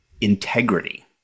integrity